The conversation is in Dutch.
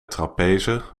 trapeze